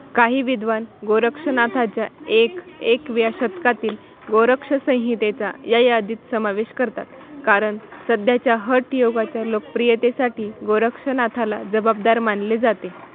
काही विद्वान गोरक्षनाथाच्या एक एकव्या शतकातील गोरक्षसंहितेचा या यादीत समावेश करतात कारण सध्याच्या हठ योगाच्या लोकप्रियतेसाठी गोरक्षनाथाला जबाबदार मानले जाते